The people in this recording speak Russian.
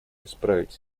исправить